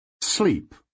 Sleep